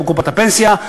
לא בקופת הפנסיה.